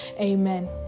Amen